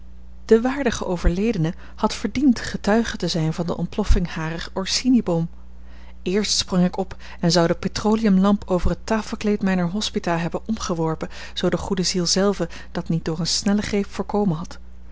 de waardige overledene had verdiend getuige te zijn van de ontploffing harer orsini bom eerst sprong ik op en zou de petroleumlamp over het tafelkleed mijner hospita hebben omgeworpen zoo de goede ziel zelve dat niet door een snellen greep voorkomen had